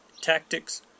tactics